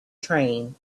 train